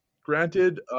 granted